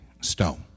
stone